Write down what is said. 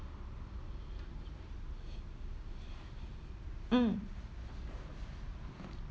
mm